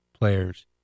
players